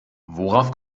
worauf